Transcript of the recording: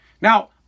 Now